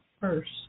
first